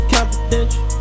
Confidential